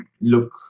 look